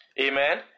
Amen